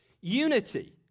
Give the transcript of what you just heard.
unity